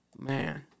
man